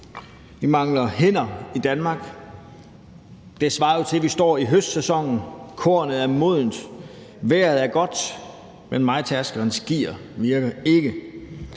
Vi mangler hænder i Danmark. Det svarer jo til, at vi står i høstsæsonen, kornet er modent, vejret er godt, men mejetærskerens gear virker ikke.